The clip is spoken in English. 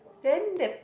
then that